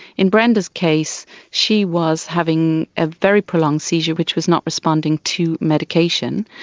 in brenda's case, she was having a very prolonged seizure which was not responding to medication.